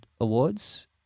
Awards